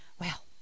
Well